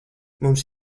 mums